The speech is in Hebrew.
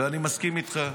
ואני מסכים איתך,